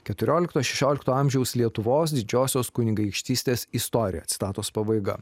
keturiolikto šešiolikto amžiaus lietuvos didžiosios kunigaikštystės istoriją citatos pabaiga